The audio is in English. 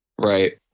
right